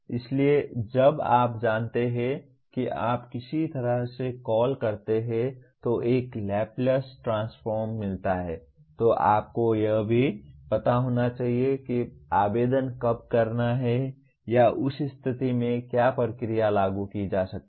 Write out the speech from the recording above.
इसलिए जब आप जानते हैं कि आप किस तरह से कॉल करते हैं तो एक लैप्लस ट्रांसफ़ॉर्म मिलता है तो आपको यह भी पता होना चाहिए कि आवेदन कब करना है या उस स्थिति में क्या प्रक्रिया लागू की जा सकती है